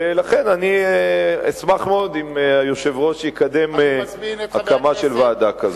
לכן אני אשמח מאוד אם היושב-ראש יקדם הקמה של ועדה כזאת.